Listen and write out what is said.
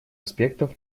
аспектов